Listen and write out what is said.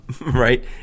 right